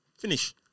Finish